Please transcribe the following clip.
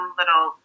little